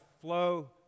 flow